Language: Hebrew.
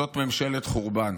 זאת ממשלת חורבן.